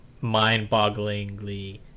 mind-bogglingly